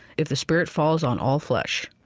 if the spirit falls on all flesh,